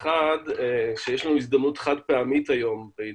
האחד, שיש לנו הזדמנות חד פעמית היום עם